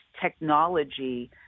technology